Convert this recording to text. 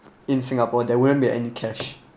in singapore there won't be any cash